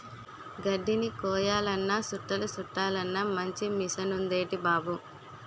గడ్దిని కొయ్యాలన్నా సుట్టలు సుట్టలన్నా మంచి మిసనుందేటి బాబూ